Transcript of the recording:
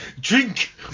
Drink